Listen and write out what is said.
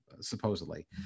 supposedly